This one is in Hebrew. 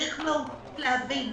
צריך מהותית להבין,